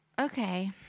Okay